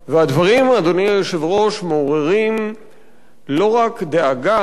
והדברים, אדוני היושב-ראש, מעוררים לא רק דאגה,